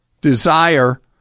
desire